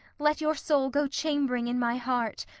let your soul go chambering in my heart,